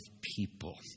people